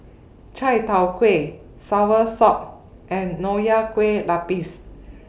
Chai Tow Kway Soursop and Nonya Kueh Lapis